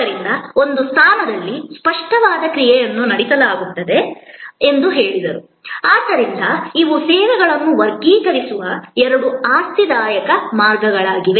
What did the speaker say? ಆದ್ದರಿಂದ ಒಂದು ಸ್ಥಾನದಲ್ಲಿ ಸ್ಪಷ್ಟವಾದ ಕ್ರಿಯೆಯನ್ನು ನಡೆಸಲಾಗುತ್ತದೆ ಆದ್ದರಿಂದ ಇವು ಸೇವೆಗಳನ್ನು ವರ್ಗೀಕರಿಸುವ ಎರಡು ಆಸಕ್ತಿದಾಯಕ ಮಾರ್ಗಗಳಾಗಿವೆ